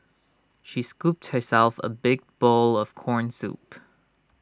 she scooped herself A big bowl of Corn Soup